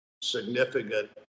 significant